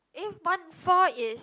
eh one four is